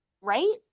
right